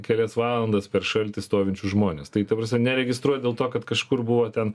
kelias valandas per šaltį stovinčius žmones tai ta prasme neregistruot dėl to kad kažkur buvo ten